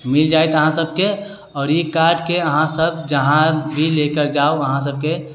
मिल जाएत अहाँ सबके आओर ई कार्डके अहाँसब जहाँ भी लेकर जाउ अहाँ सबके